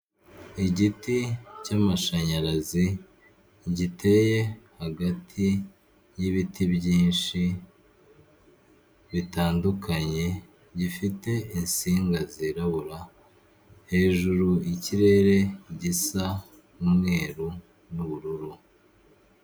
Igiti cy'amashanyarazi giteye hagati y'ibiti byinshi bitandukanye gifite insinga zirabura, hejuru ikirere gisa n'umweruru n'ubururu.